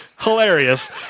Hilarious